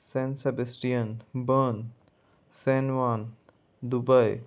सेनस बस्टियन बन सेनवान दुबय